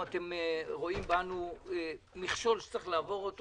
שאתם רואים בנו מכשול שצריך לעבור אותו.